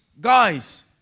guys